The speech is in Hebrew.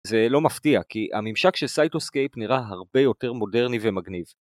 זה לא מפתיע כי הממשק של Cytoscape נראה הרבה יותר מודרני ומגניב.